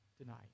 tonight